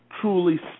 truly